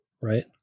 Right